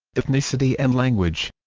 ethnicity and language